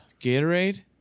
Gatorade